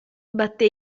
batté